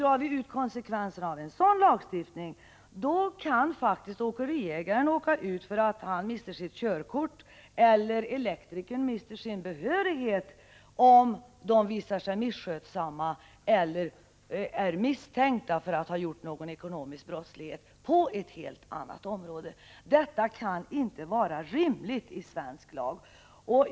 Drar vi ut konsekvenserna av en sådan lagstiftning, kan faktiskt åkeriägaren mista sitt körkort eller elektrikern sin behörighet om de visar sig misskötsamma på ett helt annat område eller är misstänkta för ekonomisk brottslighet. Detta kan inte vara rimligt i svensk lag.